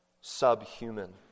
subhuman